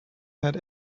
had